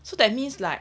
so that means like